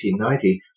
1890